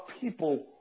people